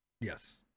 yes